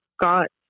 got